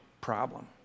problem